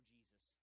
Jesus